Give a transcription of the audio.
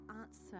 answer